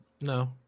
No